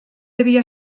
devia